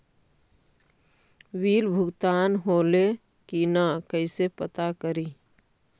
Bill भुगतान होले की न कैसे पता करी?